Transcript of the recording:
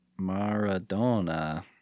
Maradona